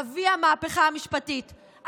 אבי המהפכה המשפטית,